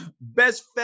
Best